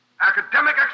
academic